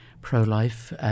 pro-life